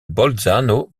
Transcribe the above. bolzano